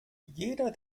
jeder